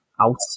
out